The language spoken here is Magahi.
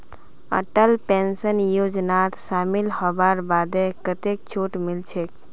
अटल पेंशन योजनात शामिल हबार बादे कतेक छूट मिलछेक